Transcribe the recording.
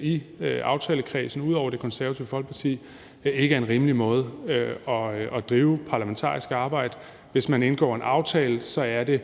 i aftalekredsen ud over Det Konservative Folkeparti, ikke er en rimelig måde at drive parlamentarisk arbejde på. Hvis man indgår en aftale, er det